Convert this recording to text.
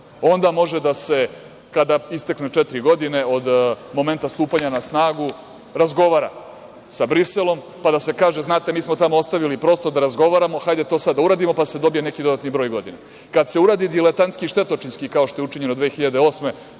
onda može kada isteknu i četiri godine od momenta stupanja na snagu razgovara sa Briselom, pa da se kaže - mi smo tamo ostavili prosto da razgovaramo, hajde to sada da uradimo, pa se dobije neki dodatni broj godina. Kada se uradi diletanski štetočinski, kao što je učinjeno 2008. godine,